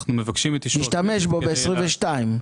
להשתמש בו ב-22'?